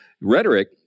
rhetoric